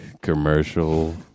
commercial